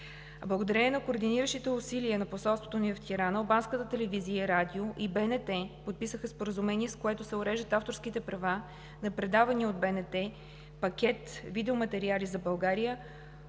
Благодарение на координиращите усилия на посолството ни в Тирана албанската телевизия и радио и БНТ подписаха Споразумение, с което се уреждат авторските права на предавания от БНТ, пакет видеоматериали за България,